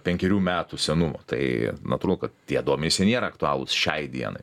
penkerių metų senumo tai natūralu kad tie duomenys jie nėra aktualūs šiai dienai